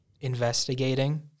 investigating